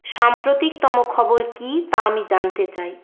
সাম্প্রতিকতম খবর কী তা আমি জানতে চাই